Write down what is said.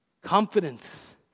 confidence